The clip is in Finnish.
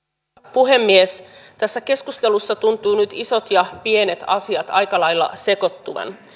puhemies tässä keskustelussa tuntuvat nyt isot ja pienet asiat aika lailla sekoittuvan